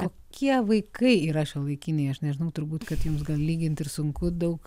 kokie vaikai yra šiuolaikiniai aš nežinau turbūt kad jums gal lygint ir sunku daug